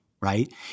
right